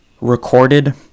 recorded